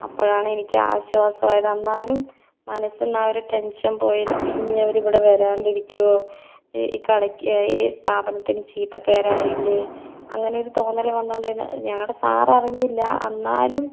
അപ്പോഴാണ് എനിക്ക് ആശ്വാസായാത് എന്നാലും മനസ്സിൽ നിന്നാ ഒരു ടെൻഷൻ പോയില്ല അപ്പം ഇനിയും അവർ ഇവിടെ വരാണ്ടിരിക്കുമോ ഈ കടയ്ക്ക് ഈ സ്ഥാപനത്തിന് ചീത്തപ്പേരായില്ലേ അങ്ങനെ ഒരു തോന്നൽ വന്നത് കൊണ്ട് ഞങ്ങളുടെ സാറ് അറിഞ്ഞില്ല എന്നാലും